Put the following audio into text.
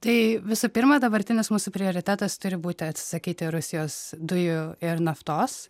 tai visų pirma dabartinis mūsų prioritetas turi būti atsisakyti rusijos dujų ir naftos